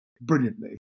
brilliantly